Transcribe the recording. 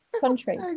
country